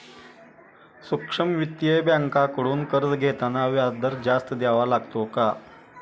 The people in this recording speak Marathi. सूक्ष्म वित्तीय बँकांकडून कर्ज घेताना व्याजदर जास्त द्यावा लागतो का?